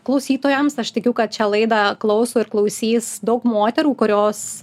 klausytojams aš tikiu kad šią laidą klauso ir klausys daug moterų kurios